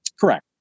Correct